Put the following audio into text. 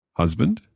husband